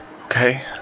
Okay